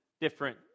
different